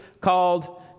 called